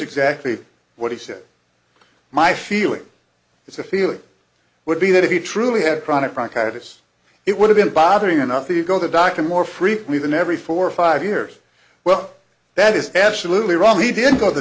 exactly what he said my feeling is a feeling would be that if you truly had chronic bronchitis it would have been bothering enough to go the doctor more frequently than every four or five years well that is absolutely wrong he didn't go to the